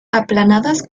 aplanadas